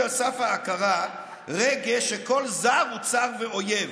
על סף ההכרה רגש שכל זר הוא צר ואויב.